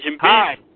Hi